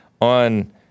on